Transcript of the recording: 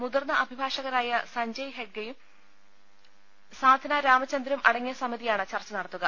മുതിർന്ന അഭിഭാഷകരായ സഞ്ജയ് ഹെഗ്ഡെയും സാധ്ന രാമചന്ദ്രനും അടങ്ങിയ സമിതിയാണ് ചർച്ച നട ത്തുക